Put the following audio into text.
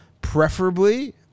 preferably